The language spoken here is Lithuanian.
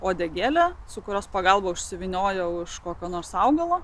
uodegėlę su kurios pagalba užsivyniojo už kokio nors augalo